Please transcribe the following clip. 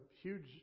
huge